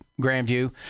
Grandview